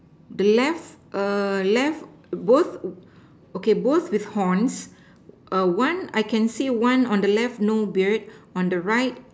the left err left both okay both with horns one I can say one on the left no beard on the right